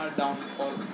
downfall